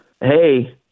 hey